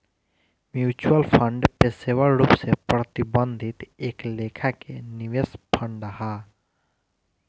mutual fund पेशेवर रूप से प्रबंधित एक लेखा के निवेश फंड हा